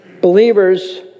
Believers